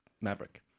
Maverick